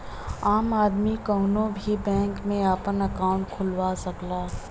आम आदमी कउनो भी बैंक में आपन अंकाउट खुलवा सकला